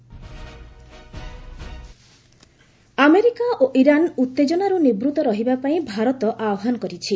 MEA Iran America ଓ Iran ଉଭେଜନାରୁ ନିବୃତ ରହିବା ପାଇଁ ଭାରତ ଆହ୍ୱାନ କରିଛି